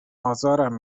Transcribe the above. ازارم